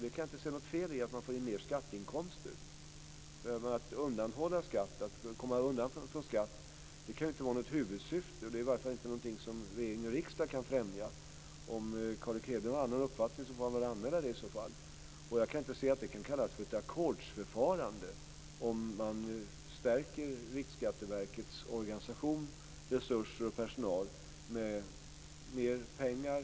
Jag kan inte se något fel i att man får in mer skatteinkomster. Att komma undan skatt kan inte vara något huvudsyfte. Det är i varje fall inte någonting som regering och riksdag kan främja. Om Carl Erik Hedlund har en annan uppfattning får han i så fall anmäla det. Jag kan inte se att det kan kallas för ett ackordsförfarande om man stärker Riksskatteverkets organisation, resurser och personal med mer pengar.